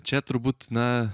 čia turbūt na